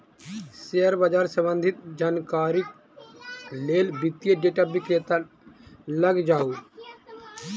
share बाजार सम्बंधित जानकारीक लेल वित्तीय डेटा विक्रेता लग जाऊ